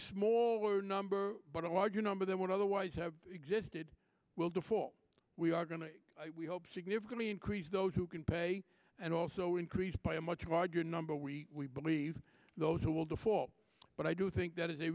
smaller number but a larger number than would otherwise have existed will default we are going to help significantly increase those who can pay and also increased by a much larger number we believe those who will default but i do think that is a